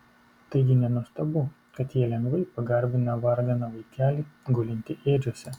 taigi nenuostabu kad jie lengvai pagarbina varganą vaikelį gulintį ėdžiose